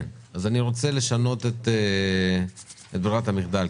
אני רוצה לשנות את ברירת המחדל,